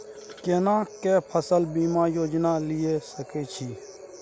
केना के फसल बीमा योजना लीए सके छी?